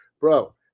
bro